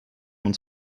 uns